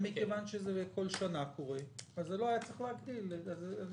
מכיוון שזה קורה בכל שנה אז זה לא היה צריך להגדיל את הגירעון.